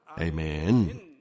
Amen